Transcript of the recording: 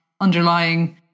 underlying